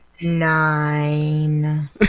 Nine